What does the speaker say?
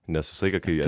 nes visą laiką kai